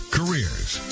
careers